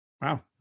Wow